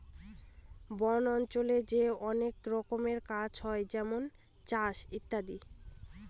বন অঞ্চলে যে অনেক রকমের কাজ হয় যেমন চাষের ইত্যাদি